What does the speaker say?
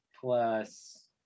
plus